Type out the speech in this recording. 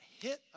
hit